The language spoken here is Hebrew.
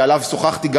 שעליו שוחחתי,